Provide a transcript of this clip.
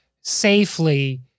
safely